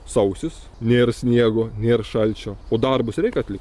sausis nėra sniego nėr šalčio o darbus reik atlikt